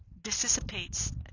dissipates